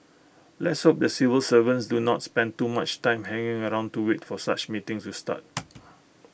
let's hope the civil servants do not spend too much time hanging around to wait for such meetings to start